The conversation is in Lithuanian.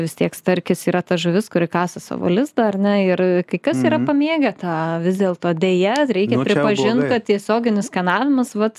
vis tiek starkis yra ta žuvis kuri kasa savo lizdą ar ne ir kai kas yra pamėgę tą vis dėlto deja reikia pripažint kad tiesioginis skanavimas vat